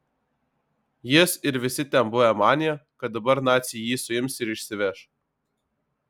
jis ir visi ten buvę manė kad dabar naciai jį suims ir išsiveš